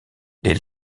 les